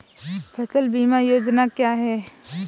फसल बीमा योजना क्या है?